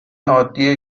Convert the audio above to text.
عادیه